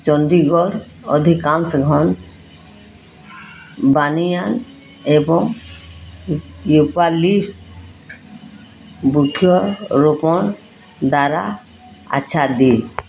ଚଣ୍ଡିଗଡ଼ର ଅଧିକାଂଶ ଘନ ବାନିୟାନ୍ ଏବଂ ୟୁକାଲିପ୍ଟସ୍ ବୃକ୍ଷରୋପଣ ଦ୍ୱାରା ଆଚ୍ଛାଦିତ